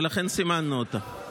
ולכן סימנו אותה.